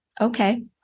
okay